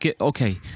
okay